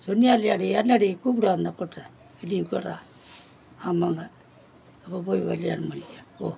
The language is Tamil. சொன்னீயா இல்லையா நீ ஏன்டா டேய் கூப்பிடு அந்த பொட்டை அடி போடுற ஆமாங்க அப்போ போய் கல்யாணம் பண்ணிக்க போ